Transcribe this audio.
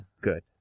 good